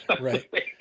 Right